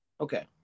Okay